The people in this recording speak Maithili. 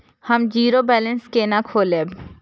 हम जीरो बैलेंस केना खोलैब?